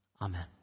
Amen